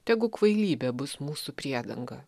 tegul kvailybė bus mūsų priedanga